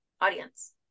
audience